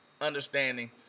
understanding